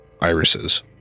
irises